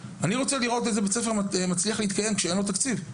אני רוצה לראות את בית הספר שימשיך להתקיים ללא תקציב.